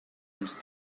ens